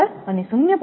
15 0